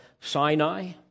Sinai